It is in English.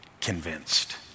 convinced